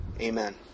Amen